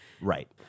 right